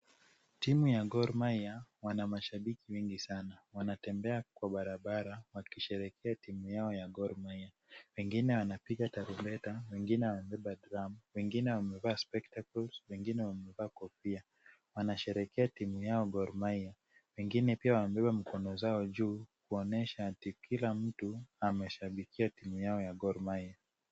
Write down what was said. Timu ya Gormahia wana mashabiki wengi sana. Wanatembea kwa barabara wakisherehekea timu yao ya Gormahia. Wengine wanapiga tarumbeta, wengine wamebeba [c]drum[c], wengine wamevaa [c]spectacles[c], wengine wamevaa kofia. Wanasherehekea timu yao ya Gor mahia. Wengine pia wamebeba mikono yao juu kuonyesha kila mtu ameshabikia timu yao ya Gor mahia.